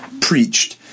preached